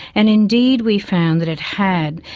and indeed we found that it had.